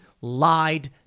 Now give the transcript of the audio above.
lied